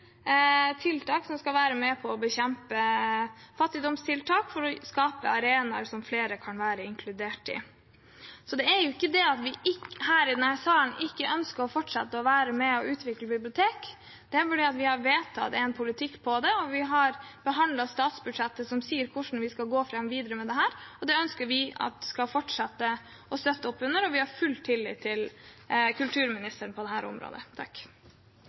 tiltak som skal være med på å bekjempe fattigdom, for å skape arenaer som inkluderer flere. Så det er ikke det at vi i denne salen ikke ønsker å fortsette å være med på å utvikle bibliotekene, det er bare det at vi har vedtatt en politikk for dette, og vi har behandlet statsbudsjettet, som sier hvordan vi skal gå fram videre med dette. Det ønsker vi å fortsette å støtte opp under, og vi har full tillit til kulturministeren på dette området.